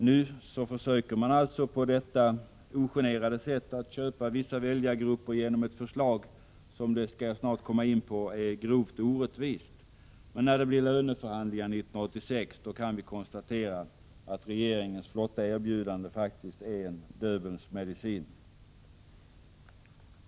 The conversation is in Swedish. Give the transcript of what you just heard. Nu försöker man alltså på detta ogenerade sätt att köpa vissa väljargrupper genom ett förslag som — det skall jag snart komma in på — är grovt orättvist. Men när det blir löneförhandlingar 1986 kan vi konstatera att regeringens flotta erbjudande faktiskt är en döbelnsmedicin.